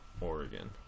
Oregon